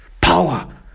power